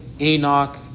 Enoch